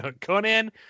Conan